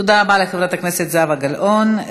תודה רבה לחברת הכנסת זהבה גלאון.